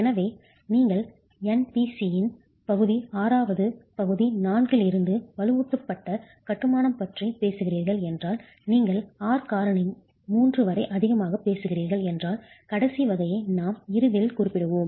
எனவே நீங்கள் என்பிசியின் பகுதி 6 வது பகுதி 4 இலிருந்து வலுவூட்டப்பட்ட கட்டுமானம் பற்றி பேசுகிறீர்கள் என்றால் நீங்கள் R காரணி 3 வரை அதிகமாக பேசுகிறீர்கள் என்றால் கடைசி வகையை நாம் இறுதியில் குறிப்பிடுவோம்